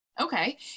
Okay